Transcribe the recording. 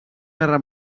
guerra